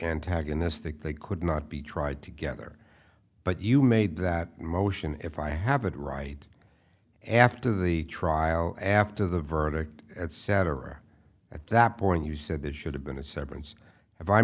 antagonistic they could not be tried together but you made that motion if i have it right after the trial after the verdict etc at that point you said there should have been a severance i